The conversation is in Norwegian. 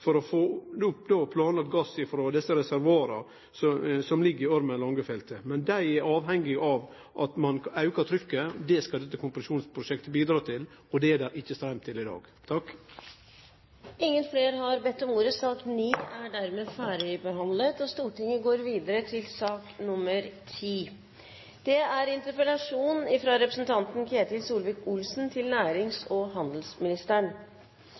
for å få opp planlagt gass frå desse reservoara som ligg i Ormen Lange-feltet. Men dei er avhengige av at ein aukar trykket. Det skal dette kompresjonsprosjektet bidra til, og det er det ikkje straum til i dag. Flere har ikke bedt om ordet til sak nr. 9. Første taler er interpellanten, som er Ketil Solvik-Olsen, som har en taletid på inntil 10 minutter, og deretter statsråd Trond Giske, skal det